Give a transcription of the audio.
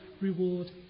reward